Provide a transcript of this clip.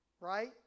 Right